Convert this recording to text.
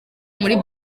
muri